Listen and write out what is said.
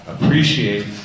appreciate